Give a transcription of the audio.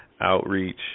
outreach